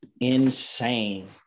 insane